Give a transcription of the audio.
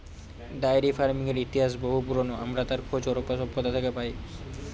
diary ফার্মিংয়ের ইতিহাস বহু পুরোনো, আমরা তার খোঁজ হরপ্পা সভ্যতা থেকে পাই